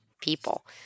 people